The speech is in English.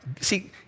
See